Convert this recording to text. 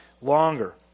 longer